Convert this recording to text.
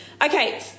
Okay